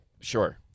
sure